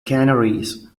canaries